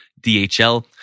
DHL